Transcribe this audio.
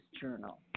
journal